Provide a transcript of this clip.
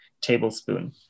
tablespoon